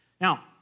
Now